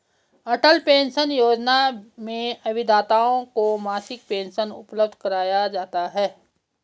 अटल pension योजना में अभिदाताओं को मासिक पेंशन उपलब्ध कराया जाता है